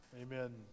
Amen